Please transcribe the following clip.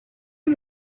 you